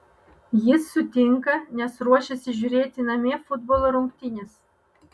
jis sutinka nes ruošiasi žiūrėti namie futbolo rungtynes